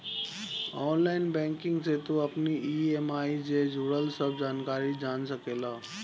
online banking से तू अपनी इ.एम.आई जे जुड़ल सब जानकारी जान सकेला